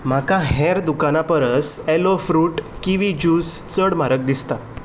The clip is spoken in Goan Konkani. म्हाका हेर दुकानां परस ॲलो फ्रुट किवी ज्यूस चड म्हारग दिसता